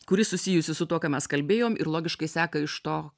kuri susijusi su tuo ką mes kalbėjom ir logiškai seka iš to